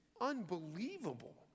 unbelievable